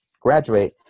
graduate